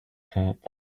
hat